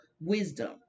wisdom